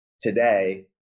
Today